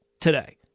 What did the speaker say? today